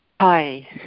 hi